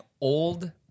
old